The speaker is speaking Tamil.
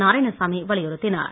நாராயணசாமி வலியுறுத்தினார்